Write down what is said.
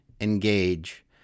engage